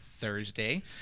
Thursday